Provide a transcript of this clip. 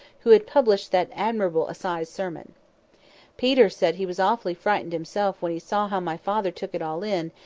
who had published that admirable assize sermon peter said he was awfully frightened himself when he saw how my father took it all in,